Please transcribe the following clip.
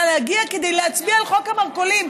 להגיע כדי להצביע על חוק המרכולים.